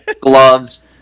gloves